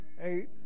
eight